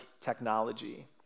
technology